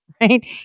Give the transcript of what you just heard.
right